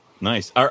Nice